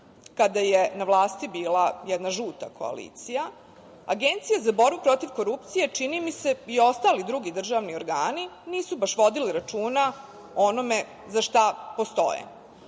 kada je na vlasti bila jedna žuta koalicija, Agencija za borbu protiv korupcije, čini mi se i ostali drugi državni organi, nisu baš vodili računa o onome za šta postoje.Sećamo